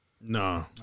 No